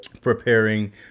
preparing